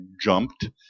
jumped